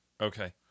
Okay